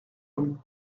hommes